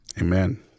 Amen